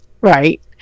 Right